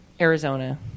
Arizona